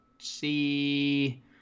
see